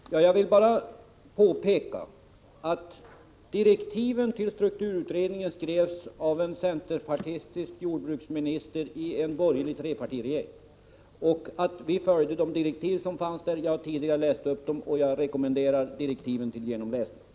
Herr talman! Jag vill bara påpeka att direktiven till strukturutredningen skrevs av en centerpartistisk jordbruksminister i en borgerlig trepartiregering. Vi har följt de direktiven, som jag tidigare läste upp och som jag rekommenderar till genomläsning.